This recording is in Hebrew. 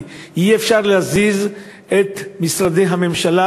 כי אי-אפשר להזיז את משרדי הממשלה,